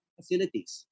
facilities